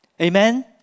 Amen